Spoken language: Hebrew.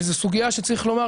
וזו סוגיה שצריך לומר,